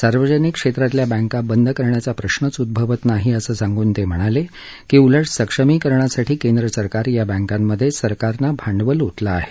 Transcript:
सार्वजनिक क्षेत्रातल्या बँका बंद करण्याचा प्रश्च उद्भवत नाही असं सांगून ते म्हणाले की उलट सक्षमीकरणासाठी केंद्र सरकार या बँकांमध्ये सरकारने भांडवल ओतलं आहे